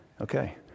Okay